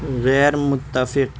غیر متفق